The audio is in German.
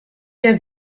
der